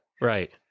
Right